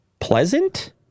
Pleasant